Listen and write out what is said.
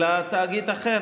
אלא תאגיד אחר